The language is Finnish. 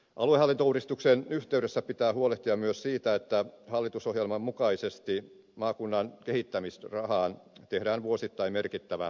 aluehallintouudistuksen yhteydessä pitää huolehtia myös siitä että hallitusohjelman mukaisesti maakunnan kehittämisrahaan tehdään vuosittain merkittävä tasokorotus